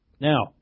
Now